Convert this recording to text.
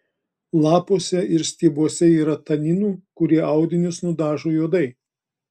lapuose ir stiebuose yra taninų kurie audinius nudažo juodai